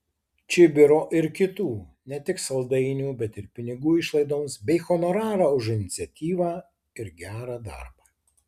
čibiro ir kitų ne tik saldainių bet ir pinigų išlaidoms bei honorarą už iniciatyvą ir gerą darbą